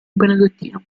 benedettino